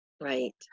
Right